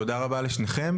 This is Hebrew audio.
תודה רבה לשניכם.